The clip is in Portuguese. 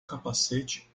capacete